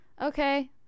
okay